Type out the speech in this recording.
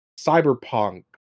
Cyberpunk